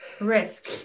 risk